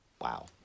wow